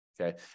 Okay